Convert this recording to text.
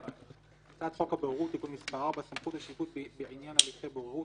"הצעת חוק הבוררות (תיקון מס' 4) (סמכות השיפוט בעניין הליכי בוררות),